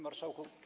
Marszałku!